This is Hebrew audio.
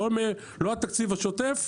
לא התקציב השוטף,